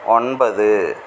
ஒன்பது